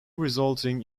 resulting